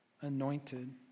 anointed